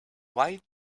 wide